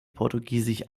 portugiesisch